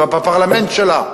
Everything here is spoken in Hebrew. ואם בפרלמנט שלה,